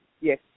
Yes